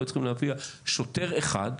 לא היו צריכים להביא שוטר אחד,